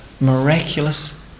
miraculous